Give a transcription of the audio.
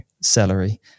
Celery